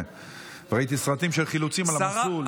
וראיתי סרטים של חילוצים על המסלול וגשם.